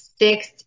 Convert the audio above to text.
six